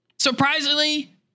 Surprisingly